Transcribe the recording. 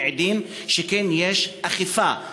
מעידים שכן יש אכיפה.